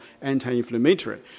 anti-inflammatory